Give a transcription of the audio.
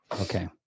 Okay